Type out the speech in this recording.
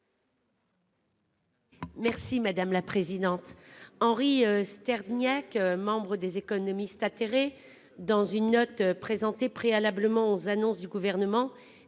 Merci madame la présidente. Henri Sterdyniak, membres des économistes atterrés. Dans une note présentée préalablement aux annonces du gouvernement,